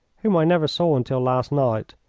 whom i never saw until last night,